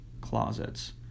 closets